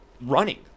running